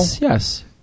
Yes